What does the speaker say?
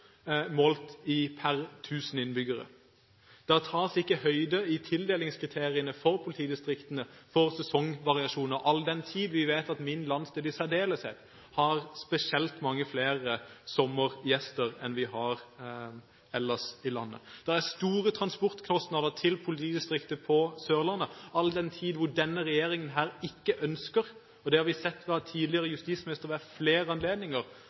målt per 1 000 innbyggere. Det tas ikke høyde i tildelingskriteriene for politidistriktene for sesongvariasjoner – selv om vi vet at min landsdel i særdeleshet har mange flere sommergjester enn de har ellers i landet. Det er store transportkostnader til politidistriktet på Sørlandet, all den tid denne regjeringen ikke ønsker – det har vi sett fra flere justisministre ved flere anledninger